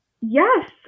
Yes